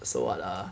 so what ah